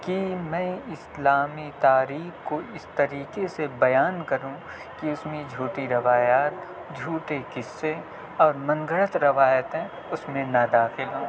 کہ میں اسلامی تاریخ کو اس طریقے سے بیان کروں کہ اس میں جھوٹی روایات جھوٹے قصے اور من گھڑت روایتیں اس میں نہ داخل ہوں